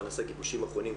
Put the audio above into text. ונעשה גיבושים אחרונים,